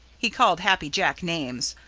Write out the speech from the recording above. he called happy jack names,